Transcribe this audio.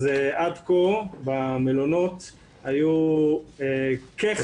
אז עד כה במלונות היו כ-58,000.